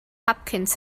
hopkins